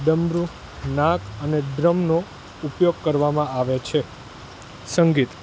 ડમરું નાક અને ડ્રમનો ઉપયોગ કરવામાં આવે છે સંગીત